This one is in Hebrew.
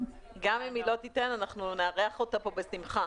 גם אם היא לא תיתן אנחנו נארח אותה פה בשמחה.